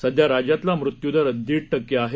सध्या राज्यातला मृत्यूदर दीड टक्के आहे